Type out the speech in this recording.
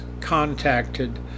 contacted